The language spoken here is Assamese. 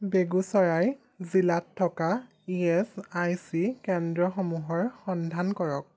বেগুচৰাই জিলাত থকা ই এছ আই চি কেন্দ্ৰসমূহৰ সন্ধান কৰক